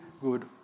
good